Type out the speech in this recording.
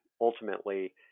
ultimately